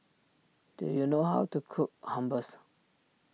do you know how to cook Hummus